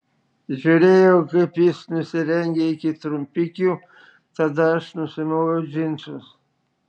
žiūrėjau kaip jis nusirengia iki trumpikių tada aš nusimoviau džinsus